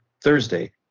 Thursday